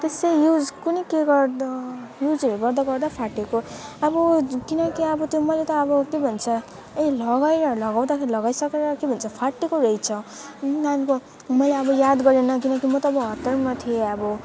त्यसै युज कुन्नि के गर्दा युजहरू गर्दा गर्दा फाटेको अब किनकि अब त्यो मैले त अब के भन्छ ए लगाएर लगाउँदाखेरि लगाइसकेर के भन्छ फाटेको रहेछ मैले अब याद गरिनँ किनकि म त अब हतारमा थिएँ अब